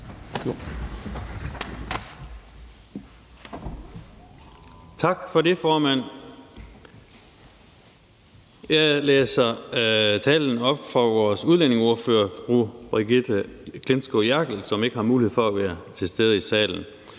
Tak for det, formand. Jeg læser talen op for vores udlændingeordfører, fru Brigitte Klintskov Jerkel, som ikke har mulighed for at være til stede i salen.